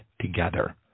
together